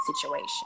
situation